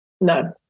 No